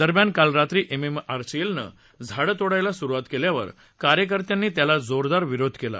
दरम्यान काल रात्री एमएमआरसीएलनं झाडं तोडायला सुरूवात केल्यावर कार्यकर्त्यांनी त्याला जोरदार विरोध केला